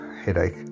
headache